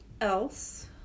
else